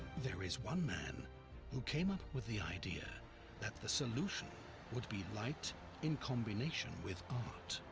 there is one man who came up with the idea that the solution would be light in combination with art,